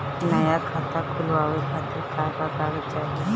नया खाता खुलवाए खातिर का का कागज चाहीं?